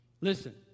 Listen